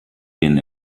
denen